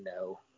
no